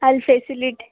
ಅಲ್ಲಿ ಫೆಸಿಲಿಟಿ